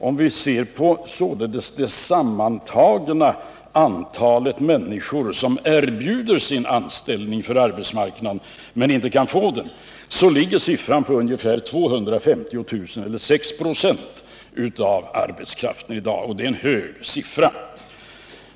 Om vi ser på det sammantagna antalet människor som erbjuder sin arbetskraft för arbetsmarknaden men inte kan få någon anställning, finner vi att den siffran ligger på ungefär 250 000 eller 6 ?v av arbetskraften i dag. Det ären hög siffra.